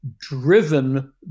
driven